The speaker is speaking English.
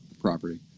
property